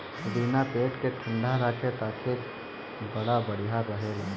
पुदीना पेट के ठंडा राखे खातिर बड़ा बढ़िया रहेला